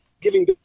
giving